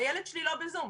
הילד שלי לא בזום.